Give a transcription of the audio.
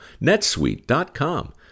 NetSuite.com